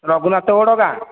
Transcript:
ରଘୁନାଥଗଡ଼ ଗାଁ